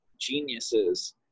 geniuses